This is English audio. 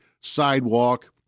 sidewalk